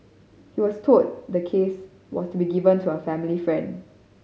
he was told the case was to be given to a family friend